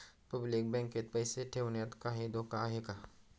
Public बँकेत पैसे ठेवण्यात काही धोका आहे का?